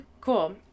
Cool